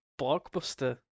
blockbuster